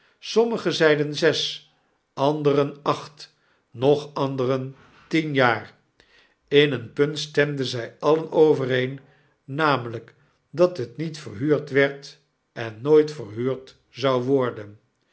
sommigen zeiden zes anderen acht nog anderen tien jaar in een punt stemden zij alien overeen namelyk dat het niet verhuurd werd en nooit verhuurd zou worden